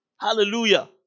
Hallelujah